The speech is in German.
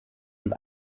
und